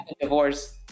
divorce